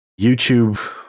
YouTube